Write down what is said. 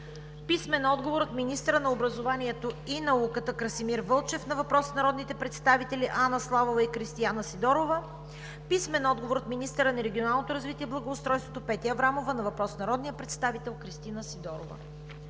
Нитова; - министъра на образованието и науката Красимир Вълчев на въпрос от народните представители Анна Славова и Кристина Сидорова; - министъра на регионалното развитие и благоустройството Петя Аврамова на въпрос от народния представител Кристина Сидорова.